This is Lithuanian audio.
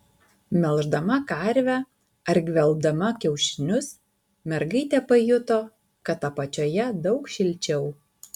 melždama karvę ar gvelbdama kiaušinius mergaitė pajuto kad apačioje daug šilčiau